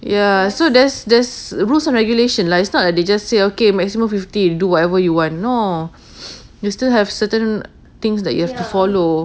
ya so there's there's rules and regulation lah it's not like they just say okay maximum fifty do whatever you want no you still have certain things that you have to follow